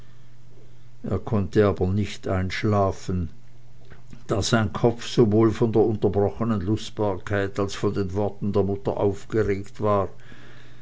er konnte aber nicht einschlafen da sein kopf sowohl von der unterbrochenen lustbarkeit als von den worten der mutter aufgeregt war